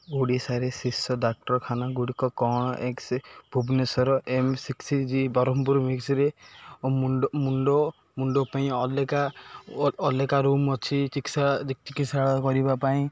ଓଡ଼ିଶାରେ ଶୀର୍ଷ ଡ଼ାକ୍ଟରଖାନାଗୁଡ଼ିକ କ'ଣ ଏକ୍ସ ଭୁବନେଶ୍ୱର ଏମ୍ ସିକ୍ସ ଜି ବ୍ରହ୍ମପୁର ଓ ମୁଣ୍ଡ ମୁଣ୍ଡ ମୁଣ୍ଡ ପାଇଁ ଅଲଗା ଅଲଗା ରୁମ୍ ଅଛି ଚିକିତ୍ସାଳୟ କରିବା ପାଇଁ